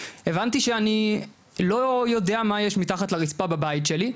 הבנתי שאני לא יודע מה יש מתחת לרצפה בבית שלי,